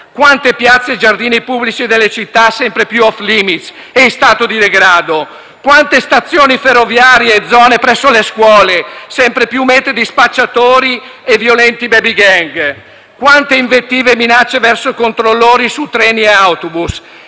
Quante piazze e giardini pubblici delle città sono sempre più *off limits* e in stato di degrado? Quante stazioni ferroviarie e zone presso le scuole sono sempre più meta di spacciatori e violente *baby gang*; quante invettive e minacce verso controllori su treni e autobus?